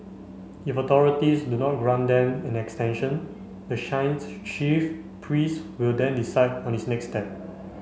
if authorities do not grant them an extension the shrine's chief priest will then decide on its next steps